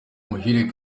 muhire